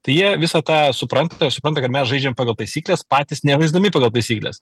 tai jie visą tą supranta supranta kad mes žaidžiam pagal taisykles patys nežaisdami pagal taisykles